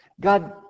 God